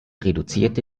reduzierte